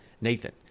Nathan